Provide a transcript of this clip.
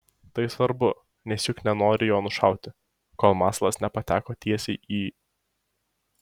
tai svarbu nes juk nenori jo nušauti kol masalas nepateko tiesiai į